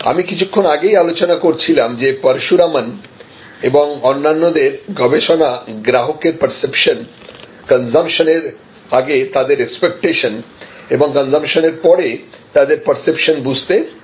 আমি কিছুক্ষণ আগেই আলোচনা করছিলাম যে পরশুরামান এবং অন্যান্যদের গবেষণা গ্রাহকের পার্সেপশন কনজামসনের আগে তাদের এক্সপেক্টেশন এবং কনজামসনের পরে তাদের পার্সেপশন বুঝতে সাহায্য করে